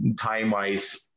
time-wise